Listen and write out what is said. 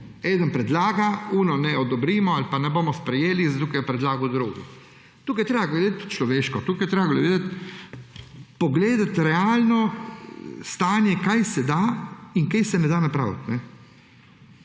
Eden predlaga, tega ne odobrimo ali pa ne bomo sprejeli, zato ker je predlagal drug. Tukaj je treba gledati človeško, tukaj je treba pogledati realno stanje, kaj se da in kaj se ne da napraviti.